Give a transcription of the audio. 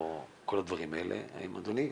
'אדוני,